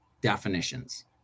definitions